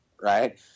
right